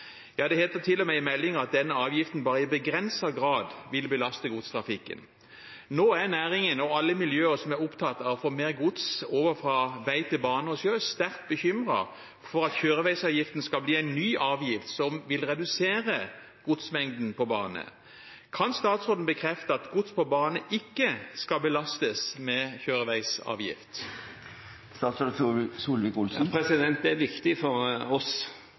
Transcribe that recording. at denne avgiften bare «i begrenset grad vil belaste godstrafikken». Nå er næringen og alle miljøer som er opptatt av å få mer gods over fra vei til bane og sjø, sterkt bekymret for at kjøreveisavgiften skal bli en ny avgift som vil redusere godsmengden på bane. Kan statsråden bekrefte at gods på bane ikke skal belastes med kjøreveisavgift? Det er viktig både for regjeringen og for